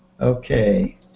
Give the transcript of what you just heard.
Okay